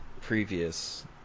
previous